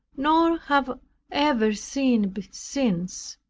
nor have ever seen since.